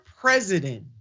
president